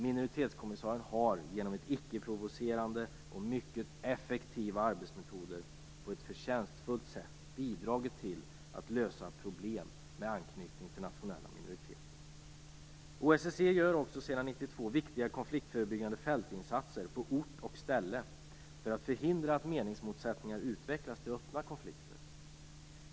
Minoritetskommissarien har genom ickeprovocerande och mycket effektiva arbetsmetoder på ett förtjänstfullt sätt bidragit till att lösa problem med anknytning till nationella minoriteter. OSSE gör också sedan 1992 viktiga konfliktförebyggande fältinsatser på ort och ställe för att förhindra att meningsmotsättningar utvecklas till öppna konflikter.